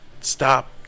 Stop